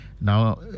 now